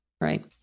Right